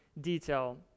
detail